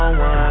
one